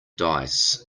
dice